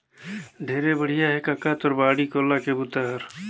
ढेरे बड़िया हे कका तोर बाड़ी कोला के बूता हर